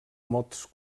mots